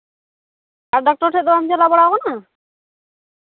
doctor ᱴᱷᱮᱱ ᱫᱚ ᱵᱟᱢ ᱪᱟᱞᱟᱣ ᱵᱟᱲᱟ ᱟᱠᱟᱱᱟ